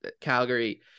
Calgary